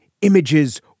images